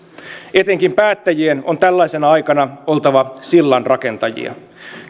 etenkin päättäjien on tällaisena aikana oltava sillanrakentajia